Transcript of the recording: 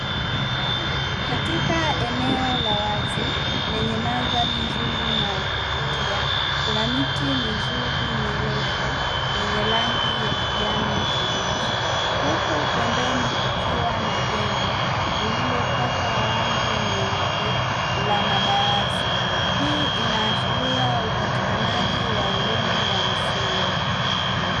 Katika eneo la wazi lenye mandhari nzuri na yakuvutia kuna miti mizuri mirefu yenye rangi ya kijani kibichi, huku pembeni kukiwa na jengo lililopakwa rangi nyeupe la madarasa hii ina ashiria upatikanaji wa elimu ya msingi.